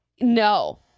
No